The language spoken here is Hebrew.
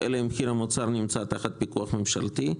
להוסיף: אלא אם כן המחיר המוצע נמצא תחת פיקוח ממשלתי.